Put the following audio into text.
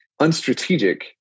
unstrategic